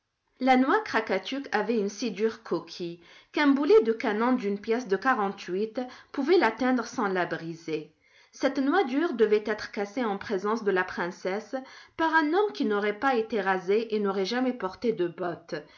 la noix krakatuk avait une si dure coquille qu'un boulet de canon d'une pièce de quarante-huit pouvait l'atteindre sans la briser cette noix dure devait être cassée en présence de la princesse par un homme qui n'aurait pas été rasé et n'aurait jamais porté de bottes